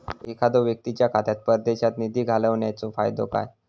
एखादो व्यक्तीच्या खात्यात परदेशात निधी घालन्याचो फायदो काय?